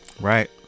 Right